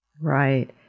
right